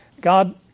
God